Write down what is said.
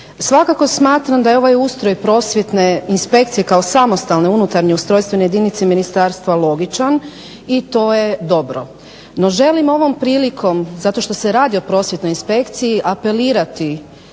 Svakako smatram da je ovaj ustroj prosvjetne inspekcije kao samostalne unutarnje ustrojstvene jedinice ministarstva logičan i to je dobro. No, želim ovom prilikom zato što se radi o prosvjetnoj inspekciji apelirati